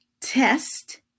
test